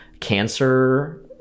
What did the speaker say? cancer